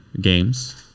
games